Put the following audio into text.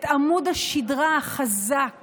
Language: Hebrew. את עמוד השדרה החזק